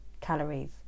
calories